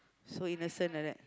so innocent like that